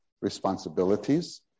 responsibilities